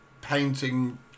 painting